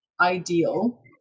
ideal